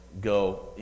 go